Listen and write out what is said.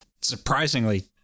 surprisingly